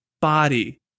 body